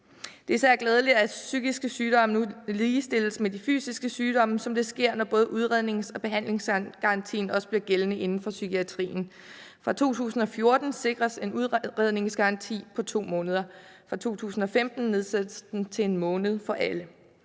Det er især glædeligt, at psykiske sygdomme nu ligestilles med de fysiske sygdomme, som det sker, når både udrednings- og behandlingsgarantien også bliver gældende inden for psykiatrien. Fra 2014 sikres en udredningsgaranti på 2 måneder; fra 2015 nedsættes den til 1 måned for alle.